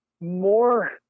more